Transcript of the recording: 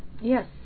yes